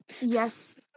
Yes